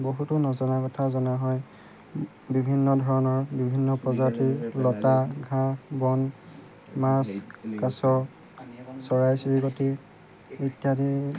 বহুতো নজনা কথা জনা হয় বিভিন্ন ধৰণৰ বিভিন্ন প্ৰজাতিৰ লতা ঘাঁহ বন মাছ কাছ চৰাই চিৰিকটি ইত্যাদি